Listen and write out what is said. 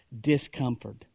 discomfort